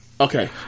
Okay